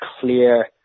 clear